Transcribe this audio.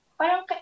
parang